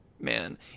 man